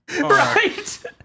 Right